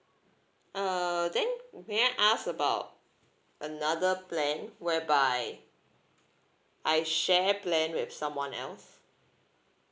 uh then may I ask about another plan whereby I share plan with someone else